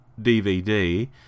DVD